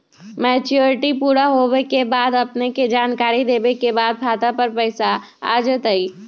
Maturity पुरा होवे के बाद अपने के जानकारी देने के बाद खाता पर पैसा आ जतई?